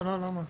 לא, לא, למה?